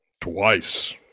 Twice